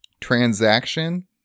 Transaction